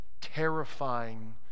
terrifying